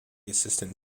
assistant